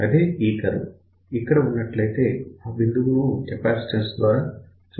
అదే ఈ కర్వ్ ఇక్కడ ఉన్నట్లయితే అప్పుడు ఆ బిందువును కెపాసిటెన్స్ ద్వారా చూపించవచ్చు